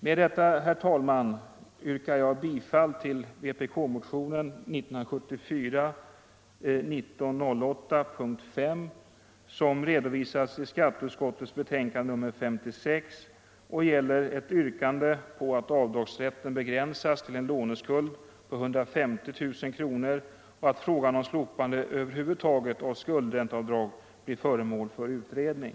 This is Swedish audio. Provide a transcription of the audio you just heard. Med detta, herr talman, yrkar jag bifall till vpk-motionen 1974:1908, punkt 5, vilken redovisas i skatteutskottets betänkande nr 56 och gäller ett yrkande på att avdragsrätten begränsas till en låneskuld på 150 000 kronor och att frågan om slopande över huvud taget av skuldränteavdrag blir föremål för utredning.